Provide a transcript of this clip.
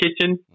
kitchen